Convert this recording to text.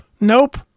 Nope